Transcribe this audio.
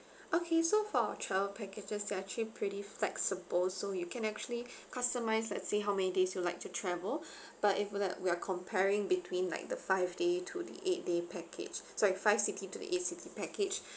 okay so for travel packages they're actually pretty flexible so you can actually customize let's say how many days you like to travel but if like we are comparing between like the five day to the eight day package so if five city to the eight city package